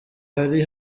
hari